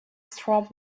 strobe